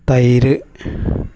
തൈര്